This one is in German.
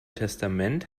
testament